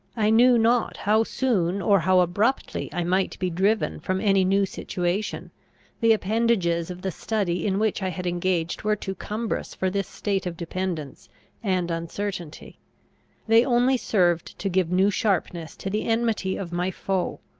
i knew not how soon or how abruptly i might be driven from any new situation the appendages of the study in which i had engaged were too cumbrous for this state of dependence and uncertainty they only served to give new sharpness to the enmity of my foe,